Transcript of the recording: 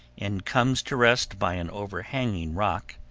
and comes to rest by an overhanging rock,